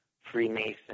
Freemason